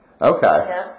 Okay